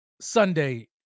Sunday